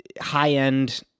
high-end